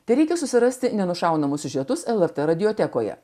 tereikia susirasti nenušaunamas siužetus lrt radiotekoje